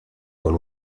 con